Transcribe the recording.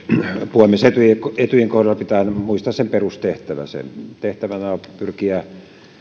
puhemies etyjin kohdalla pitää muistaa sen perustehtävä sen tehtävänä on pyrkiä